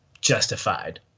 justified